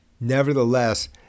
Nevertheless